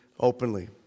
Openly